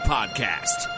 Podcast